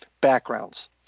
backgrounds